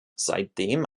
seitdem